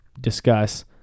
discuss